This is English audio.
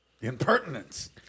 Impertinence